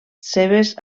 seves